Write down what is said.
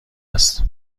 است